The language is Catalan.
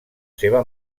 seva